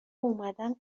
اومدم